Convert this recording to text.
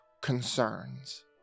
concerns